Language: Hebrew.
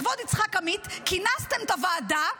לכבוד יצחק עמית כינסתם את הוועדה.